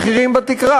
המחירים בתקרה.